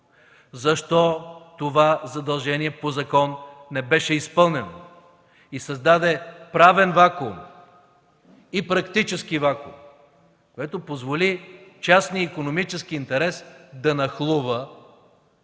защо това задължение по закон не беше изпълнено и създаде правен и практически вакуум, което позволи частният икономически интерес да нахлува